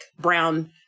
Brown